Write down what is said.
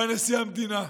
בא נשיא המדינה,